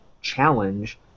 challenge